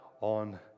on